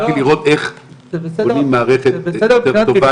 באתי לראות איך בונים מערכת יותר טובה,